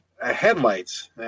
Headlights